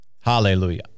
Hallelujah